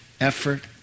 effort